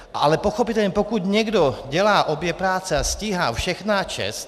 Ale pochopitelně pokud někdo dělá obě práce a stíhá, všechna čest.